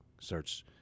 starts